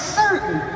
certain